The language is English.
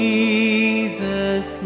Jesus